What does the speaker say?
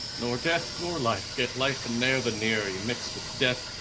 nor death nor life, yet life and ne'er the near, ymixt with death,